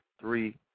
three